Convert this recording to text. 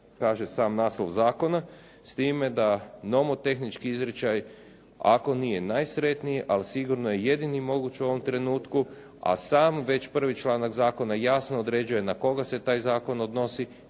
kaže sam naslov zakona s time da nomotehnički izričaj ako nije najsretniji ali sigurno je jedini mogući u ovom trenutku, a sam već prvi članak zakona jasno određuje na koga se taj zakon odnosi